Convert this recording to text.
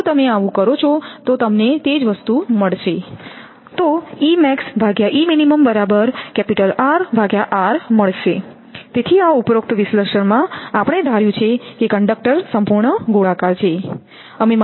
જો તમે આવું કરો છો તો તમને તે જ વસ્તુ મળશે તેથી આ ઉપરોક્ત વિશ્લેષણમાં આપણે ધાર્યુ છે કે કંડક્ટર સંપૂર્ણ ગોળાકાર છે